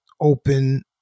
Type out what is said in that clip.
open